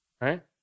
Right